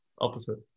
Opposite